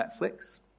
Netflix